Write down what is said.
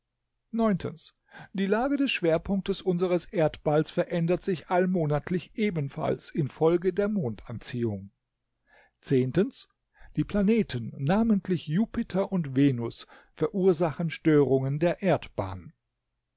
die lage des schwerpunktes unseres erdballs verändert sich allmonatlich ebenfalls infolge der mondanziehung die planeten namentlich jupiter und venus verursachen störungen der